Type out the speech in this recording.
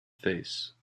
face